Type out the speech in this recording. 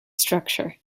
structure